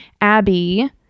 Abby